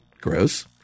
Gross